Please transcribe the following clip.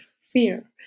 Fear